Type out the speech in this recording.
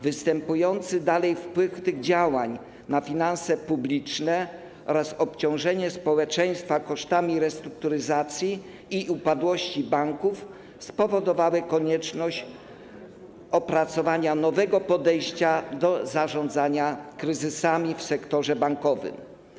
Występujący nadal wpływ tych działań na finanse publiczne oraz obciążenie społeczeństwa kosztami restrukturyzacji i upadłości banków spowodowały konieczność opracowania nowego podejścia do zarządzania kryzysami w sektorze bankowym.